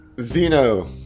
Zeno